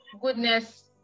goodness